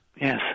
Yes